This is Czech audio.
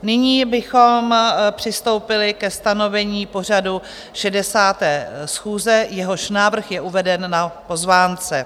Nyní bychom přistoupili ke stanovení pořadu 60. schůze, jehož návrh je uveden na pozvánce.